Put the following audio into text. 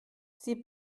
sie